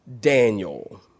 Daniel